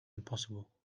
impossible